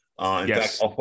Yes